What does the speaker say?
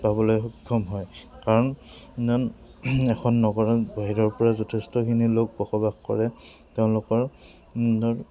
পাবলৈ সক্ষম হয় কাৰণ এখন নগৰৰ বাহিৰৰ পৰা যথেষ্টখিনি লোক বসবাস কৰে তেওঁলোকৰ